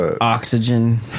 oxygen